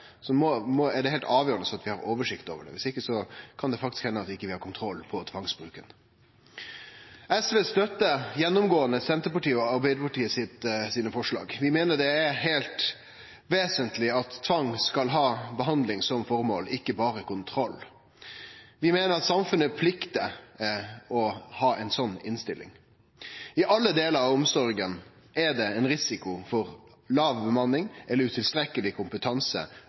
har oversikt over det – viss ikkje kan det faktisk hende at vi ikkje har kontroll på tvangsbruken. Sosialistisk Venstreparti støttar gjennomgåande Senterpartiet og Arbeidarpartiets forslag. Vi meiner det er heilt vesentleg at tvang skal ha behandling som formål, ikkje berre kontroll. Vi meiner at samfunnet pliktar å ha ei slik innstilling. I alle deler av omsorga er det ein risiko for at låg bemanning eller utilstrekkeleg kompetanse